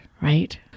right